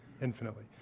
infinitely